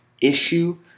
issue